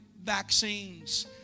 vaccines